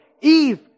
Eve